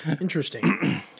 Interesting